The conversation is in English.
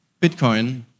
Bitcoin